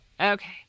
Okay